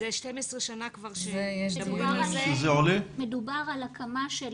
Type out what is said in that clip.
מדובר על הקמה של